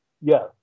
yes